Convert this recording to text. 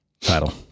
Title